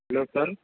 hello sir